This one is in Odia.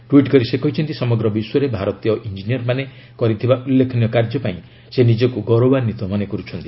ଟ୍ୱିଟ୍ କରି ସେ କହିଛନ୍ତି ସମଗ୍ର ବିଶ୍ୱରେ ଭାରତୀୟ ଇଞ୍ଜିନିୟରମାନେ କରିଥିବା ଉଲ୍ଲେଖନୀୟ କାର୍ଯ୍ୟ ପାଇଁ ସେ ନିଜକୁ ଗୌରବାନ୍ୱିତ ମନେକରୁଛନ୍ତି